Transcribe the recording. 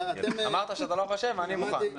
אמרת שאתה לא חושב אני מוכן.